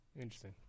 Interesting